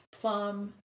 Plum